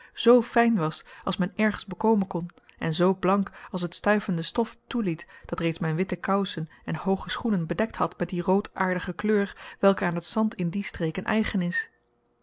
zoo fijn was als men ergens bekomen kon en zoo blank als het stuivende stof toeliet dat reeds mijn witte kousen en hooge schoenen bedekt had met die roodaardige kleur welke aan het zand in die streken eigen is